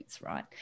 right